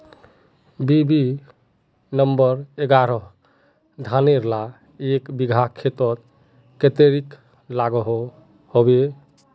BB number एगारोह धानेर ला एक बिगहा खेतोत कतेरी लागोहो होबे?